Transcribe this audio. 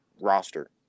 roster